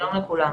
שלום לכולם.